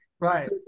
right